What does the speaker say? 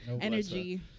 energy